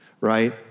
right